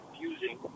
confusing